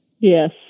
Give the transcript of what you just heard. Yes